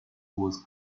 was